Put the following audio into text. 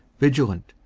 vigilant,